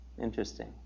Interesting